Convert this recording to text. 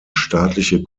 staatliche